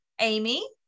Amy